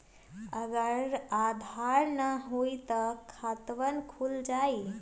अगर आधार न होई त खातवन खुल जाई?